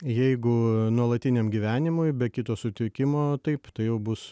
jeigu nuolatiniam gyvenimui be kito sutikimo taip tai jau bus